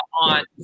on